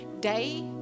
day